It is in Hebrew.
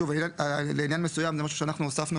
שוב, לעניין מסוים זה משהו שאנחנו הוספנו